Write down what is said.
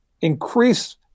increase